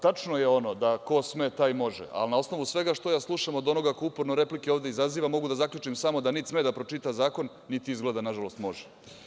Tačno je ono da, ko sme taj može, ali na osnovu svega što ja slušam od onoga ko uporno replike ovde izaziva, mogu da zaključim samo da niti sme da pročita zakon niti izgleda, nažalost može.